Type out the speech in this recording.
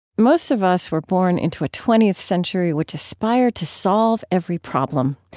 most of us were born into a twentieth century which aspired to solve every problem.